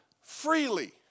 freely